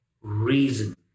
reason